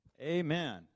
Amen